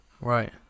Right